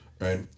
Right